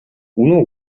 uno